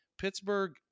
Pittsburgh